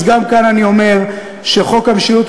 אז גם כאן אני אומר שחוק המשילות,